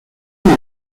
cool